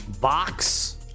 Box